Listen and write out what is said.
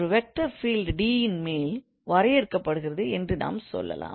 ஒரு vector field D ன்மேல் வரையறுக்கப்படுகிறது என்று நாம் சொல்லலாம்